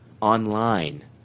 online